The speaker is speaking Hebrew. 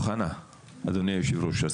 אדוני יושב-ראש הכנסת,